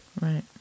Right